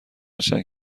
چند